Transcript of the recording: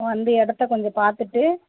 வந்து இடத்த கொஞ்சம் பார்த்துட்டு